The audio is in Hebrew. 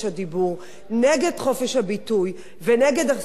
נגד חופש הביטוי ונגד זכות הציבור לדעת.